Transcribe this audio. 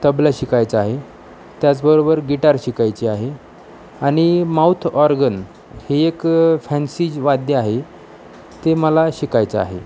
तबला शिकायचा आहे त्याचबरोबर गिटार शिकायची आहे आणि माऊथ ऑर्गन हे एक फॅन्सी ज् वाद्य आहे ते मला शिकायचं आहे